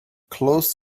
close